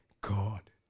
God